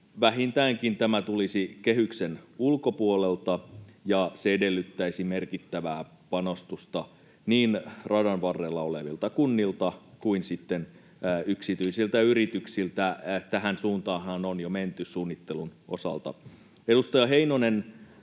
Vähintäänkin tämä tulisi kehyksen ulkopuolelta, ja se edellyttäisi merkittävää panostusta niin radan varrella olevilta kunnilta kuin sitten yksityisiltä yrityksiltä. Tähän suuntaanhan on jo menty suunnittelun osalta. Edustaja Heinonen